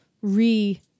re